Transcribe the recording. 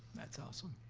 that's awesome.